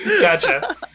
gotcha